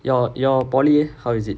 your your polytechnic eh how is it